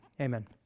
Amen